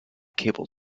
cable